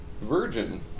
virgin